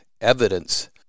evidence